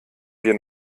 wir